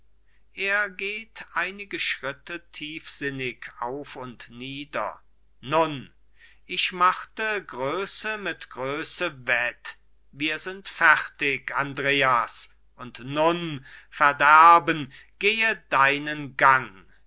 er geht einige schritte tiefsinnig auf und nieder nun ich machte größe mit größe wett wir sind fertig andreas und nun verderben gehe deinen gang